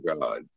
God